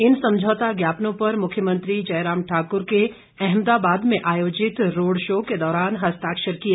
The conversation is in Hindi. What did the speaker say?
इन समझौता ज्ञापनों पर मुख्यमंत्री जयराम ठाकुर के अहमदाबाद में आयोजित रोड शो के दौरान हस्ताक्षर किए